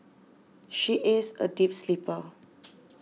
she is a deep sleeper